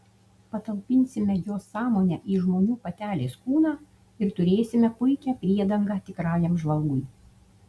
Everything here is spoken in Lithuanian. patalpinsime jos sąmonę į žmonių patelės kūną ir turėsime puikią priedangą tikrajam žvalgui